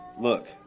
Look